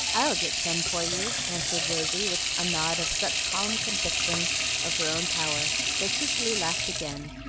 i'll get some for you, answered rosy, with a nod of such calm conviction of her own power, that cicely laughed again,